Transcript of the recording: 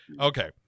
okay